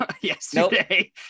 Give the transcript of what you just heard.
yesterday